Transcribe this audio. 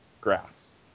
graphs